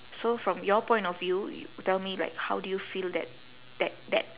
so from your point of view you tell me like how do you feel that that that